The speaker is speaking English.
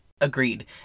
Agreed